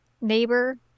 neighbor